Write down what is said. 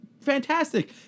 fantastic